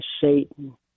Satan